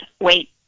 wait